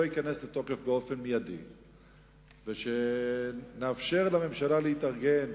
ייכנס לתוקף מייד ונאפשר לממשלה להתארגן